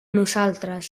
nosaltres